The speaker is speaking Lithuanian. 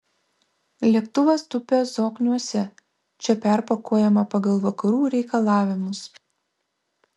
lėktuvas tupia zokniuose čia perpakuojama pagal vakarų reikalavimus